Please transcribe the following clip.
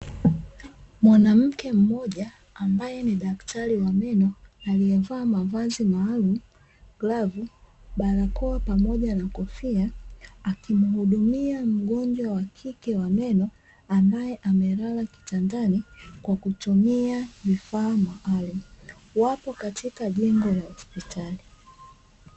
Mwanamke mmoja ambae ni daktari wa meno aliyevaa mavazi maalumu; glavu, barakoa pamoja na kofia akimuhudumia mgojwa wa kike wa meno ambae amelala kitandani, kwa kutumia vifaa maalumu. Wapo katika jengo la hospitali.